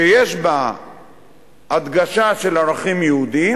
שיש בה הדגשה של ערכים יהודיים,